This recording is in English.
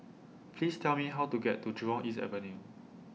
Please Tell Me How to get to Jurong East Avenue